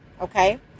okay